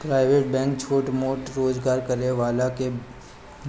private bank छोट मोट रोजगार करे वाला के